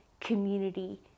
community